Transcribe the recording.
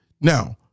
Now